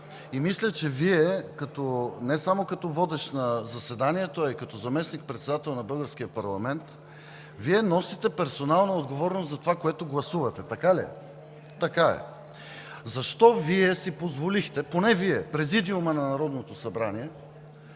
и мисля, че Вие не само като водещ на заседанието, а и като заместник-председател на българския парламент носите персонална отговорност за това, което гласувате. Така ли е? Така е. Защо Вие, поне Вие – президиумът на Народното събрание,